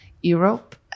Europe